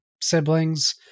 siblings